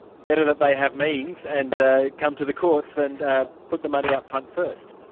better that they have means and come to the courts and ah put the money up front first?